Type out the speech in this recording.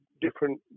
different